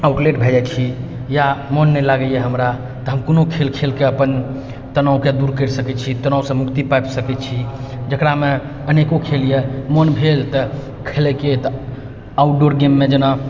outlet भए जाइ छी या मोन नहि लागैया हमरा तऽ हम कोनो खेल खेल के अपन तनावके दूर करि सकै छी तनावसँ मुक्ति पाबि सकै छी जकरामे अनेको खेल यए मोन भेल तऽ खेलैके तऽ आउटडोर गेममे जेना